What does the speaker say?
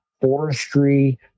forestry